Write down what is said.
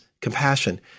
compassion